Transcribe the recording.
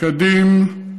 כדים,